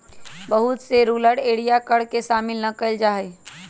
बहुत से rural area में कर के शामिल ना कइल जा हई